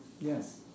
Yes